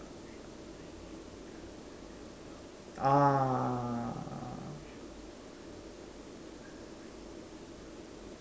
ah